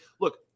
Look